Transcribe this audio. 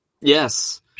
Yes